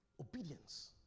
obedience